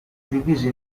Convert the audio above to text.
divisa